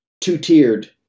two-tiered